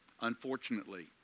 unfortunately